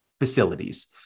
facilities